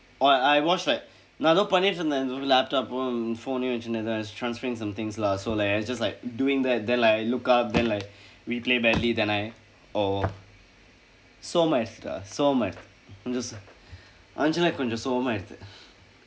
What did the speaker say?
oh I I watched like நான் எதோ பண்ணிட்டு இருந்தேன்:naan eethoo pannitdu irundtheen laptop phone யும் வைத்து:yum vaiththu I was transferring some things lah so like I was just like doing that then like I look up then like we play badly then I oh so much lah so much just aren't you like கொஞ்சம் சோகமாகிட்டு:konjsam sookamaakitdu